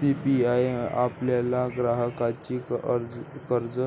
PPI आपल्या ग्राहकांचे कर्ज